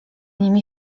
nimi